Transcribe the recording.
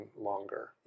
longer